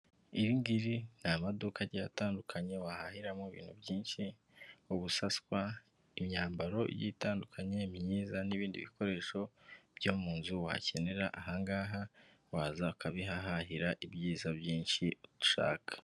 Iri ngiri ni amaduka agiye atandukanye wahahiramo ibintu byinshi, ubusaswa, imyambaro igiye itandukanye myiza, n'ibindi bikoresho byo mu nzu wakenera, aha ngaha waza ukabihahahira ibyiza byinshi ushaka.